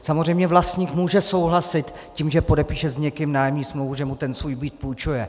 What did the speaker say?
Samozřejmě vlastník může souhlasit tím, že podepíše s někým nájemní smlouvu, že mu ten svůj byt půjčuje.